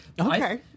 Okay